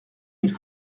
mille